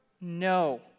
No